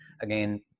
again